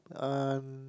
and